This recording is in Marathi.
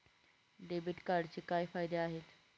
डेबिट कार्डचे काय फायदे आहेत?